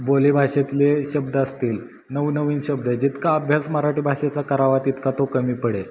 बोलीभाषेतले शब्द असतील नवनवीन शब्द जितका अभ्यास मराठी भाषेचा करावा तितका तो कमी पडेल